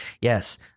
yes